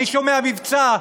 אני שומע מבצע,